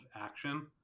action